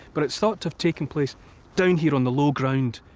but it's thought to have taken place down here on the low ground.